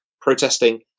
protesting